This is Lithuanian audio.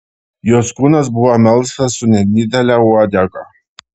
jos kūnas buvo melsvas su nedidele uodega